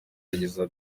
yagize